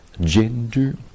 gender